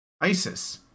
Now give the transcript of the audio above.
ISIS